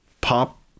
pop